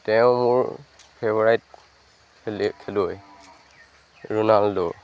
তেওঁ মোৰ ফেভৰাইট খেলি খেলুৱৈ ৰোণাল্ডো